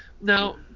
Now